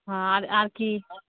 আর আর কি